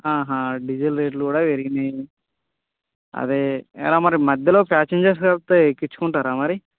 diesel రేట్లు కూడా పెరిగినాయి అదే ఎలా మరి మధ్యలో పాసెంజర్స్ దొరికితే ఎక్కించుకుంటారా మరి